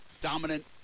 dominant